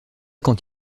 quand